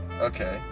Okay